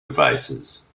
devices